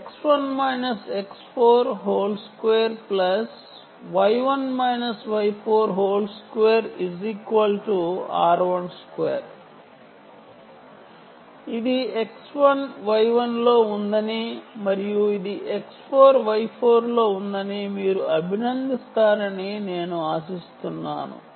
x1 x42 y1 y42 r12 ఇది X1 Y 1 లో ఉందని మరియు ఇది X4 Y4 లో ఉందని మీరు చెప్పగలరు అని నేను ఆశిస్తున్నాను